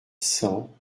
cent